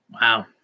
Wow